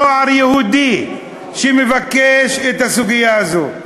נוער יהודי שמבקש את הסוגיה הזאת.